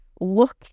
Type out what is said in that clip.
look